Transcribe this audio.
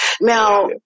Now